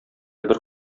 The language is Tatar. бер